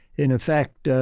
in effect,